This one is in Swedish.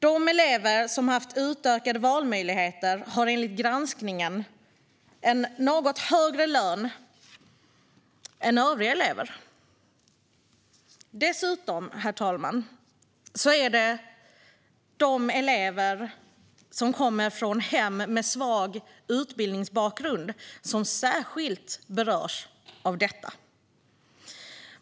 De elever som har haft utökade valmöjligheter har enligt granskningen en något högre lön än övriga elever. Dessutom, herr talman, berörs särskilt de elever som kommer från hem med svag utbildningsbakgrund av detta.